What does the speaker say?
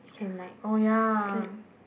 oh ya